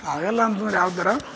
ಆಗಲ್ಲ ಅಂತಂದ್ರೆ ಯಾವ್ಥರ